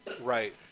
Right